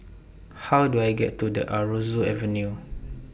How Do I get to The Aroozoo Avenue